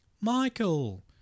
Michael